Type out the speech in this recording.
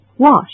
Wash